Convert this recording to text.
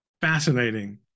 fascinating